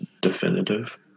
definitive